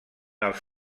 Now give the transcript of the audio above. els